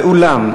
ואולם,